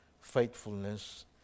faithfulness